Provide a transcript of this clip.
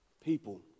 people